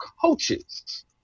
coaches